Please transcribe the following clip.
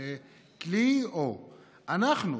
אנחנו,